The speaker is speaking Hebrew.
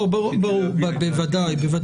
בוודאי.